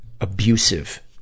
abusive